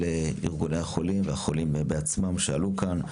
ארגוני החולים והחולים בעצמם שעלו כאן.